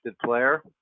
player